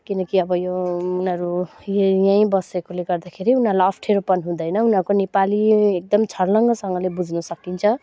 किनकि अब यो उनीहरू यो यहीँ बसेकोले गर्दाखेरि उनीहरूलाई अप्ठ्यारोपन हुँदैन उनीहरूको नेपाली एकदम छर्लङसँगले बुझ्नु सकिन्छ